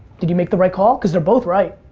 did you make the right call? cause they're both right,